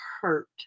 hurt